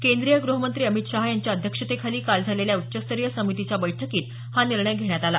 केंद्रीय गृहमंत्री अमित शहा यांच्या अध्यक्षतेखाली काल झालेल्या उच्चस्तरीय समितीच्या बैठकीत हा निर्णय घेण्यात आला